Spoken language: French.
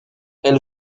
elle